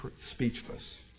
speechless